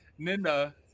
Nina